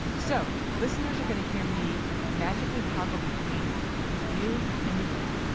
so listeners are gonna hear me magically toggle between you and new york